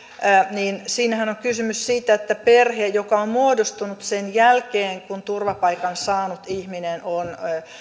on on kysymys siitä että perheeltä joka on muodostunut sen jälkeen kun turvapaikan saanut ihminen on